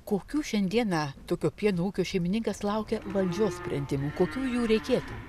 kokių šiandieną tokio pieno ūkio šeimininkas laukia valdžios sprendimų kokių jų reikėtų